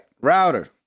Router